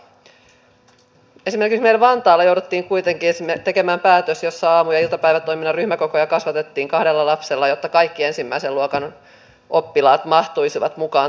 esimerkiksi meillä vantaalla jouduttiin kuitenkin tekemään päätös jossa aamu ja iltapäivätoiminnan ryhmäkokoja kasvatettiin kahdella lapsella jotta kaikki ensimmäisen luokan oppilaat mahtuisivat mukaan toimintaan